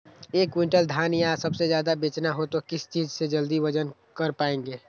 एक क्विंटल धान या उससे ज्यादा बेचना हो तो किस चीज से जल्दी वजन कर पायेंगे?